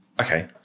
Okay